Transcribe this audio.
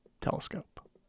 telescope